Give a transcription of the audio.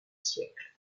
siècle